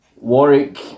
Warwick